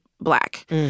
black